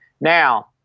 Now